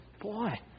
Boy